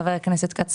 חבר הכנסת כץ,